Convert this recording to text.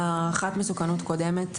הערכת מסוכנות קודמת,